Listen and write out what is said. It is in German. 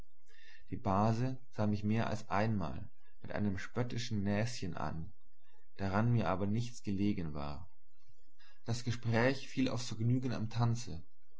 die base sah mich mehr als einmal mit einem spöttischen näschen an daran mir aber nichts gelegen war das gespräch fiel aufs vergnügen am tanze